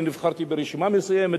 אני נבחרתי ברשימה מסוימת,